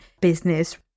business